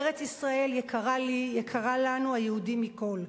ארץ-ישראל יקרה לי, יקרה לנו, היהודים, מכול.